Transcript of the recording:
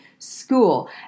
school